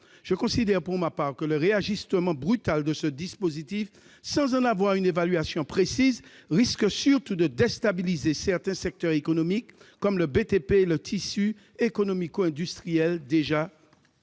Je considère, pour ma part, que le réajustement brutal de ce dispositif, sans en avoir une évaluation précise, risque surtout de déstabiliser certains secteurs économiques, comme le BTP, et le tissu économico-industriel, déjà en